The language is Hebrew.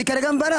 אני מברר.